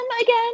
again